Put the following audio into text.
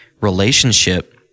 relationship